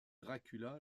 dracula